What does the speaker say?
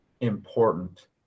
important